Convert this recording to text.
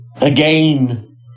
Again